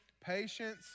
patience